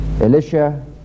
Elisha